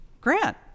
Grant